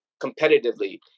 competitively